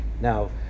Now